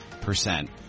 percent